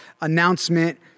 announcement